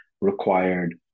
required